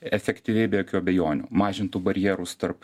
efektyviai be jokių abejonių mažintų barjerus tarp